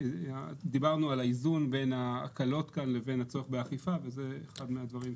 דיברנו על האיזון בין ההקלות כאן לבין הצורך באכיפה וזה אחד הדברים.